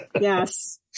Yes